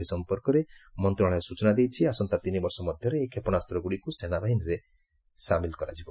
ଏ ସମ୍ପର୍କରେ ମନ୍ତ୍ରଣାଳୟ ସୂଚନା ଦେଇଛି ଆସନ୍ତା ତିନିବର୍ଷ ମଧ୍ୟରେ ଏହି କ୍ଷେପଣାସ୍ତ୍ରଗୁଡିକୁ ସେନାବାହିନୀରେ ସାମିଲ କରାଯିବ